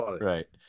Right